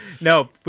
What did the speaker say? No